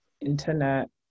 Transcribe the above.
internet